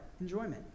enjoyment